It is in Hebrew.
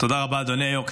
תודה רבה, אדוני היו"ר.